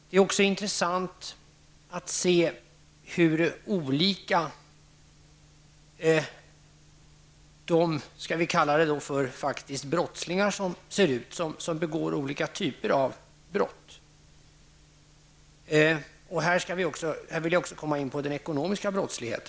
Det är intressant att se hur de olika, skall vi kalla dem, faktiska brottslingar ser ut som begår olika typer av brott. Här kommer jag in på ekonomisk brottslighet.